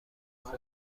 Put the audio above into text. خود